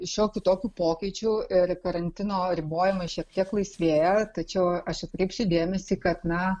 šiokių tokių pokyčių ir karantino ribojimai šiek tiek laisvėja tačiau aš atkreipsiu dėmesį kad na